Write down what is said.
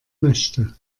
möchte